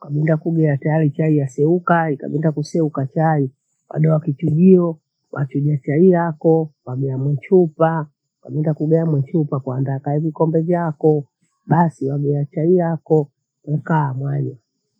kaminda kugea tayari chai yaseuka, ikabinda kuseuka chai wadewa kichujio wachuja chai yakoo wagea mwinchupa. Ukabinda kugea mwichupa kwandaa kavikombe vyako, basi wagea chai yakoo ukaa mwanywa.